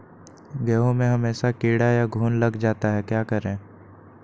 गेंहू में हमेसा कीड़ा या घुन लग जाता है क्या करें?